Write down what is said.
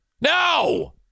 No